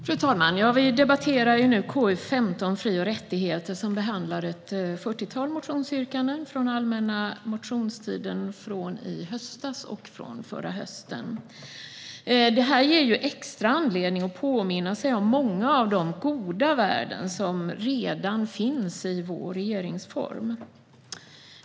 Fru talman! Vi debatterar nu KU15 Fri och rättigheter, som behandlar ett fyrtiotal motionsyrkanden från allmänna motionstiden i höstas och från den förra hösten. Detta ger extra anledning att påminna sig om många av de goda värden som redan finns i vår regeringsform.